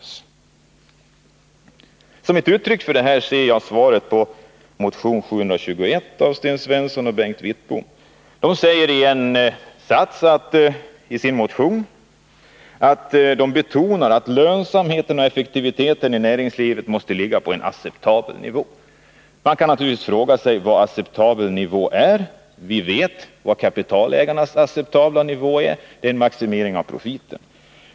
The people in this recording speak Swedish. Som ett uttryck för detta ser jag svaret på motion 721 av Sten Svensson och Bengt Wittbom. De betonar i en sats i sin motion att lönsamheten och effektiviteten i näringslivet måste ligga på en acceptabel nivå. Man kan naturligtvis fråga sig vad en acceptabel nivå är. Vi vet vad kapitalägarnas acceptabla nivå innebär: en maximering av profiten.